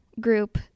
group